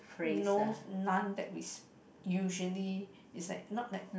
no none that we usually is like not like